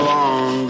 Long